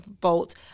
bolt